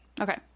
Okay